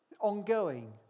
ongoing